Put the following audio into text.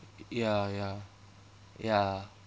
ya ya ya